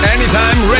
Anytime